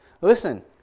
listen